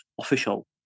official